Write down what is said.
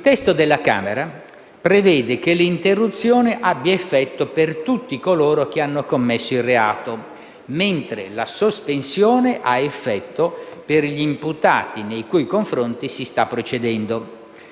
deputati prevede che l'interruzione abbia effetto per tutti coloro che hanno commesso il reato, mentre la sospensione ha effetto per gli imputati nei cui confronti si sta procedendo.